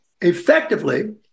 effectively